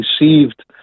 received